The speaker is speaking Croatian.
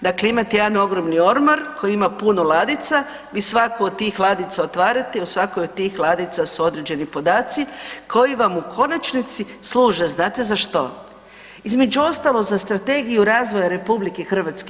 Dakle, imate jedan ogromni ormar koji ima puno ladica, vi svaku od tih ladica otvarate i u svakoj od tih ladici su određeni podaci koji vam u konačnici služe znate za što, između ostalog za strategiju razvoja RH.